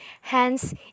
Hence